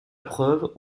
preuve